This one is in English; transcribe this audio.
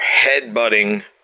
headbutting